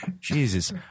jesus